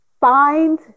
find